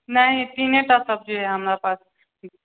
नहि तीनेटा सब्जी हइ हमरा पास